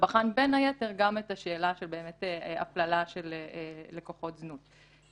ובחן בין היתר גם את השאלה באמת של הפללה של לקוחות זנות.